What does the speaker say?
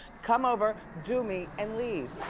come over, do me, and leave.